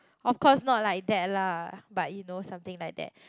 of course not like that lah but you know something like that